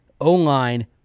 O-line